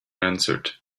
answered